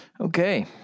Okay